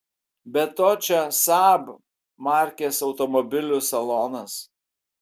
be to čia saab markės automobilių salonas